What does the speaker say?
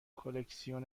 کلکسیون